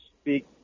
speak